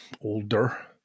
older